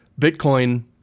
bitcoin